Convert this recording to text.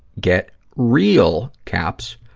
get real, caps,